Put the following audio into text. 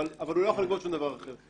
אבל הוא לא יכול לגבות שום דבר אחר.